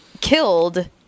killed